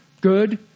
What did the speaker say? good